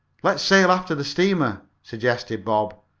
let's sail after the steamer, suggested bob.